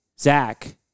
Zach